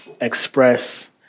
express